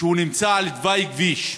שהוא נמצא על תוואי כביש,